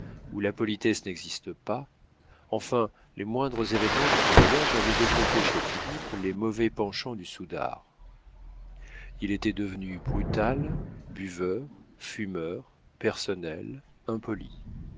où la politesse n'existe pas enfin les moindres événements de ce voyage avaient développé chez philippe les mauvais penchants du soudard il était devenu brutal buveur fumeur personnel impoli